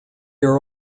are